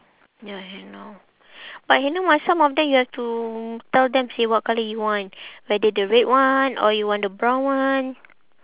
ya henna but henna must some of them you have to tell them say what colour you want whether the red one or you want the brown one